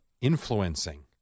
influencing